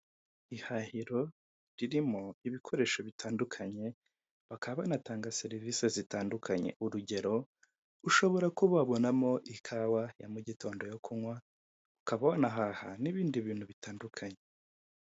Ihahiro ririmo ibikoresho bitandukanye bakaba banatanga serivise zitandukanye, urugero, ushobora kuba wabonamo ikawa ya mu gitondo yo kunywa, ukaba wanahaha n'ibindi bintu bitandukanye.